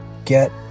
get